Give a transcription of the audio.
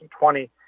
2020